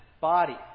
body